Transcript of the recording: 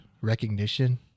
recognition